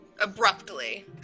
abruptly